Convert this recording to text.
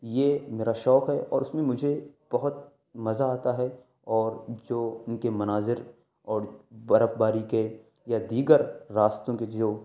یہ میرا شوق ہے اور اس میں مجھے بہت مزہ آتا ہے اور جو ان کے مناظر اور برف باری کے یا دیگر راستوں کے جو